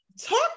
talk